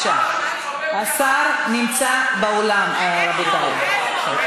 השר צריך להימצא באולם, איפה הוא?